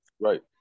Right